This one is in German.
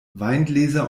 weingläser